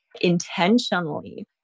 intentionally